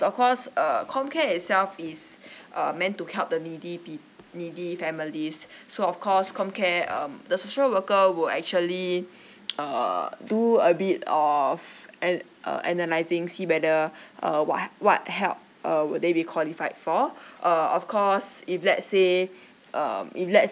of course err comcare itself is uh meant to help the needy peop~ needy families so of course comcare um the social worker will actually uh do a bit of an~ uh analyzing see whether uh what h~ what help uh would they be qualified for uh of course if let's say um if let's